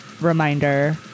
reminder